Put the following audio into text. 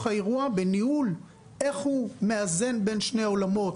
האירוע בניהול איך הוא מאזן בין שני העולמות,